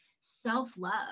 self-love